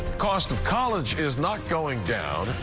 cost of college is not going down.